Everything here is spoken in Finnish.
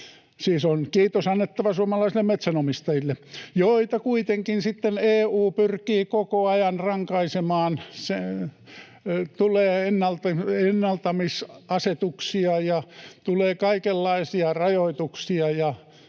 Siis on kiitos annettava suomalaisille metsänomistajille, joita kuitenkin sitten EU pyrkii koko ajan rankaisemaan. Tulee ennaltamisasetuksia, ja tulee kaikenlaisia rajoituksia,